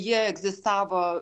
jie egzistavo